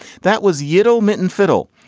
that was yaddo mitton fiddle.